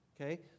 okay